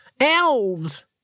Elves